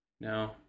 no